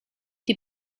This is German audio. die